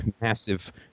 massive